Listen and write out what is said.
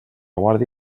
guarda